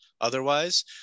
otherwise